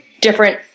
different